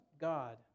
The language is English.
God